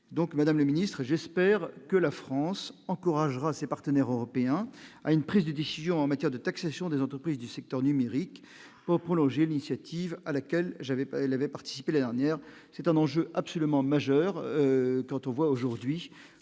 madame le ministre j'espère que la France encouragera ses partenaires européens à une prise de décision en matière de taxation des entreprises du secteur numérique pour prolonger l'initiative à laquelle j'avais pas, il avait participé à la dernière, c'est un enjeu absolument majeur quand on voit aujourd'hui